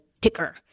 ticker